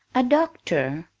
a doctor!